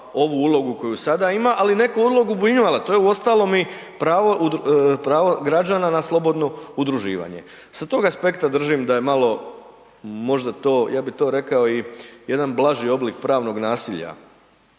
ovu ulogu koju sada ima, ali neku ulogu bi imala. To je uostalom i pravo građana na slobodno udruživanje. Sa tog aspekta držim da je malo možda to, ja bih to rekao jedan blaži oblik pravnog nasilja,